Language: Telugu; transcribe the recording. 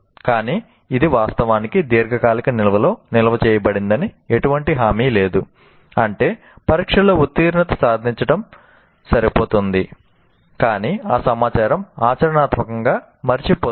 కానీ ఇది వాస్తవానికి దీర్ఘకాలిక నిల్వలో నిల్వ చేయబడిందని ఎటువంటి హామీ లేదు అంటే పరీక్షలో ఉత్తీర్ణత సాధించడం సరిపోతుంది కాని ఆ సమాచారం ఆచరణాత్మకంగా మరచిపోతుంది